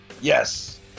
Yes